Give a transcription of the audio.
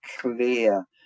clear